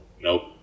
Nope